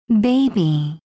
Baby